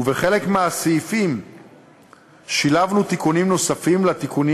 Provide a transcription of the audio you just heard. ובחלק מהסעיפים שילבנו תיקונים נוספים על התיקונים